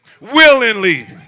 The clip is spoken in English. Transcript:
Willingly